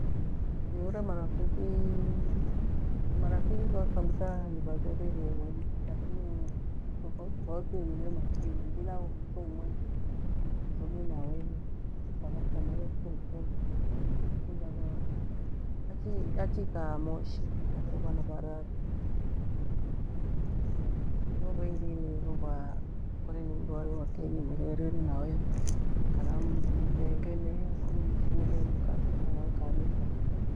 Niure marafiki marafiki ghakwa nivatholie kabitha ni umri du lakini tofautitofauti nighire marafiki mengi ila itho umui nithomie nawe mpake tukamalia fomu foo akiikaa moshi aghire vena vararu bathi ivo vengi ni kore ni vandu va kenyi mtharieni nawe kana mru mthengene kole ni ishule mkathoma mkathoeana kachi bathi.